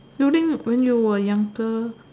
you think when you were younger